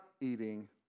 eating